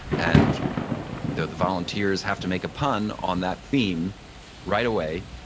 and the volunteers have to make a pun on that theme right away,